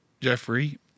Jeffrey